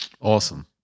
awesome